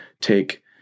take